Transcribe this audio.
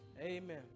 Amen